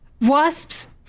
wasps